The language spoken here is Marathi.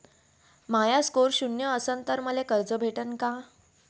माया स्कोर शून्य असन तर मले कर्ज भेटन का?